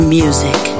music